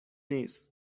نیست